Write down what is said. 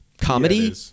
comedy